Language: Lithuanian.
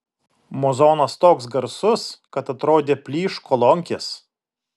muzonas toks garsus kad atrodė plyš kolonkės